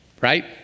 right